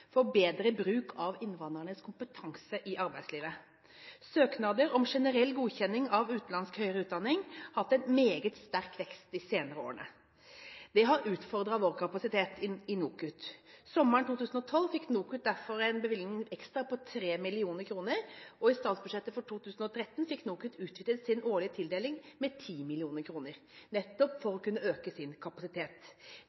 for bedre bruk av innvandreres kompetanse i arbeidslivet. Antall søknader om generell godkjenning av utenlandsk høyere utdanning har hatt en meget sterk vekst de senere årene. Det har utfordret kapasiteten i NOKUT. Sommeren 2012 fikk NOKUT derfor en bevilgning ekstra på 3 mill. kr, og i statsbudsjettet for 2013 fikk NOKUT utvidet sin årlige tildeling med 10 mill. kr, nettopp for